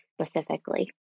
specifically